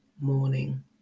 morning